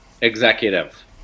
executive